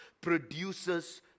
produces